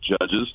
judges